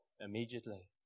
Immediately